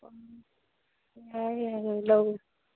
ꯎꯝ ꯌꯥꯏꯌꯦ ꯌꯥꯏꯌꯦ ꯂꯧꯋꯣ